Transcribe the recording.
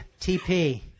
TP